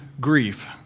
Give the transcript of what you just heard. grief